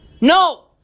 No